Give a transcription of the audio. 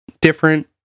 different